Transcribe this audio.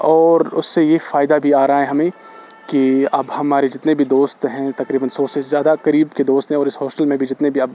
اور اس سے یہ فائدہ بھی آ رہا ہے ہمیں کہ اب ہمارے جتنے بھی دوست ہیں تقریباً سو سے زیادہ قریب کے دوست ہیں اور اس ہاسٹل میں جتنے بھی اب